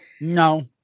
no